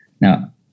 Now